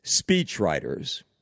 speechwriters